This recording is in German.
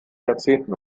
jahrzehnten